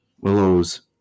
Willow's